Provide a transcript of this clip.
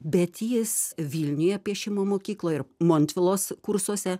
bet jis vilniuje piešimo mokykloj ir montvilos kursuose